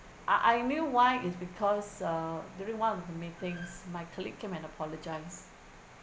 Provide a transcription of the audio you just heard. I I knew why is because uh during one of the meetings my colleague came and apologised